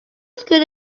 could